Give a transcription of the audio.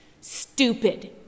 stupid